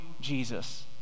jesus